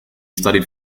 studied